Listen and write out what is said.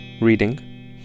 reading